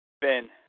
Ben